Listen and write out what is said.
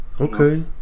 okay